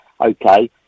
okay